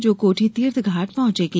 जो कोठी तीर्थघाट पहॅचेगी